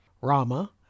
Rama